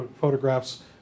photographs